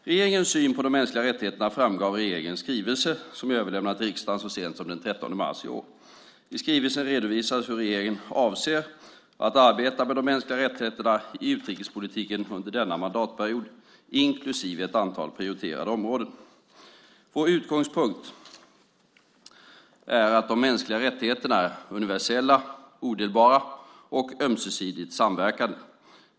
Regeringens syn på de mänskliga rättigheterna framgår av regeringens skrivelse - 2007/08:109 Mänskliga rättigheter i svensk utrikespolitik - som jag överlämnade till riksdagen så sent som den 13 mars i år. I skrivelsen redovisas hur regeringen avser att arbeta med de mänskliga rättigheterna i utrikespolitiken under denna mandatperiod, inklusive ett antal prioriterade områden. Vår utgångspunkt är att de mänskliga rättigheterna är universella, odelbara och ömsesidigt samverkande.